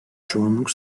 çoğunluk